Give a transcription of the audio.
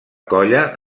colla